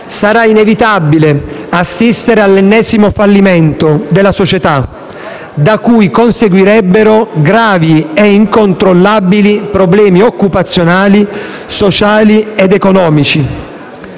sarà inevitabile assistere all'ennesimo fallimento della società, da cui conseguirebbero gravi e incontrollabili problemi occupazionali, sociali ed economici.